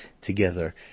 together